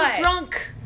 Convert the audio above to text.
drunk